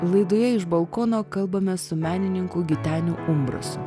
laidoje iš balkono kalbame su menininku giteniu umbrasu